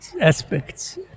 aspects